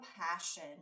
passion